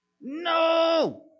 No